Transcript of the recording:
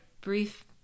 brief